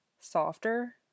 softer